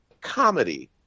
comedy